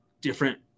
different